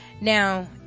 Now